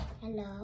Hello